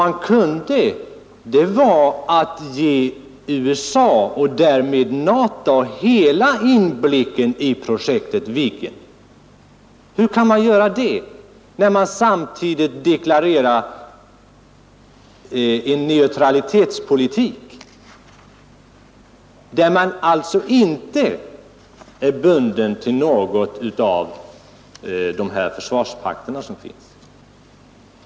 Men vad man kunde var att ge USA, och därmed NATO, hela inblicken i projektet Viggen. Hur kunde man göra det, när man samtidigt deklarerade en neutralitetspolitik, där man alltså inte är bunden till någon av de försvarspakter som finns?